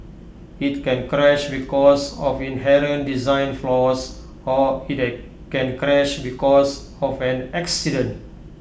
IT can crash because of inherent design flaws or IT can crash because of an accident